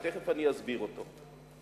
שתיכף אני אסביר אותו,